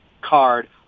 card